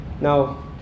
Now